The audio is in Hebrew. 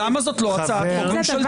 למה זאת לא הצעת חוק ממשלתית?